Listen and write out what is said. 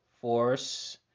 Force